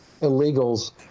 illegals